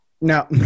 No